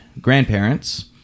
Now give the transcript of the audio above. grandparents